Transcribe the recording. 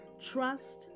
trust